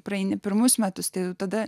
praeini pirmus metus tik tada